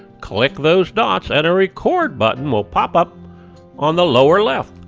click those dots and a record button will pop up on the lower left.